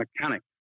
mechanic